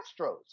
Astros